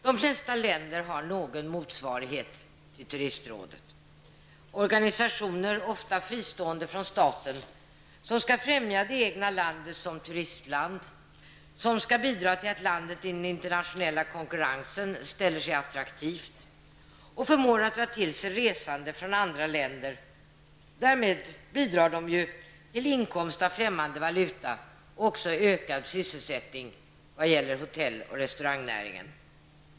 De flesta länder har någon motsvarighet till turistrådet, organisationer -- ofta fristående från staten -- som skall främja det egna landet som turistland och som skall bidra till att landet i den internationella konkurrensen ställer sig attraktivt och förmår dra till sig resande från andra länder. Därmed bidrar man till inkomst av främmande valuta och även ökad sysselsättning vad gäller hotell och restaurangnäringen.